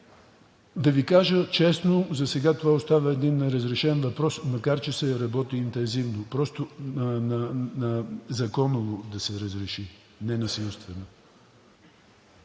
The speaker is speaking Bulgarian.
Да Ви кажа честно, засега това остава един неразрешен въпрос, макар че се работи интензивно законово да се разреши, а не насилствено.